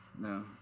No